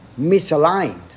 misaligned